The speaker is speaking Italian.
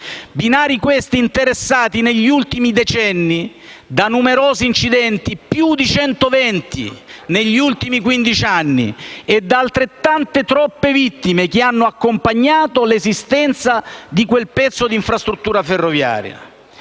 Binari, questi, interessati negli ultimi decenni da numerosi incidenti (più di 120 incidenti negli ultimi quindici anni) e da altrettante, troppe vittime, che hanno accompagnato l'esistenza di quel pezzo di infrastruttura ferroviaria.